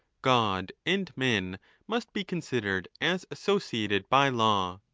god and men must be considered as associated by law.